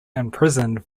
imprisoned